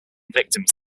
victims